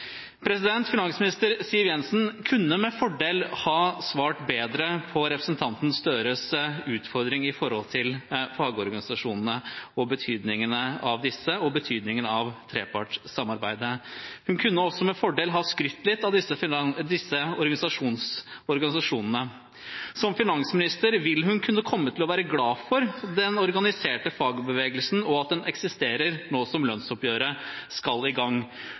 Finansminister Siv Jensen kunne med fordel ha svart bedre på representanten Gahr Støres utfordring når det gjaldt fagorganisasjonene og betydningene av disse og betydningen av trepartssamarbeidet. Hun kunne også med fordel ha skrytt litt av disse organisasjonene. Som finansminister vil hun kunne komme til å være glad for at den organiserte fagbevegelsen eksisterer, nå som lønnsoppgjøret skal i gang.